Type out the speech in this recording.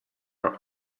are